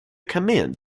command